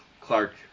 Clark